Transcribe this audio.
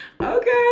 Okay